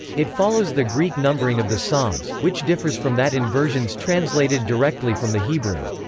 it follows the greek numbering of the psalms, which differs from that in versions translated directly from the hebrew.